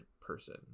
person